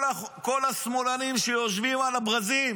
כל השמאלנים שיושבים על הברזים,